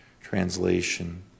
translation